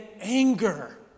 anger